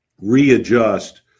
readjust